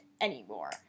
anymore